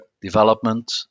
development